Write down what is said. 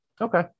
okay